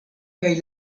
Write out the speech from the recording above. kaj